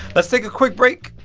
let's take a quick break.